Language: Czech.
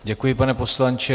Děkuji, pane poslanče.